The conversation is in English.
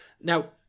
Now